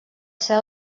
ser